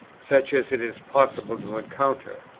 such as it is possible to encounter.